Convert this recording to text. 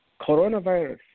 coronavirus